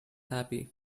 happy